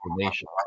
information